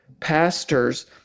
pastors